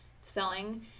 selling